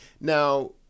Now